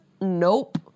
nope